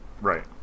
Right